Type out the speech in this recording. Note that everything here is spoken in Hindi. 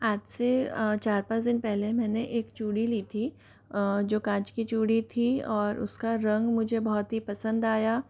आज से चार पाँच दिन पहले मैंने एक चूड़ी ली थी जो काँच की चूड़ी थी और उसका रंग मुझे बहुत ही पसंद आया